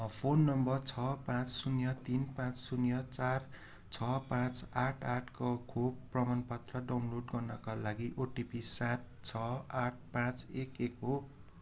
phone number छ पाँच शून्य तिन पाँच शून्य चार छ पाँच आठ आठको खोप प्रमाण पत्र डाउनलोड गर्नाका लागि ओटिपी सात छ आठ पाँच एक एक हो